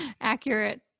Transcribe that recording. accurate